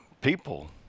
people